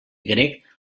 grec